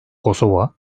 kosova